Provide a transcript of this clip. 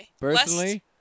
Personally